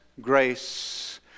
grace